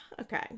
okay